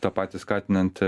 tą patį skatinant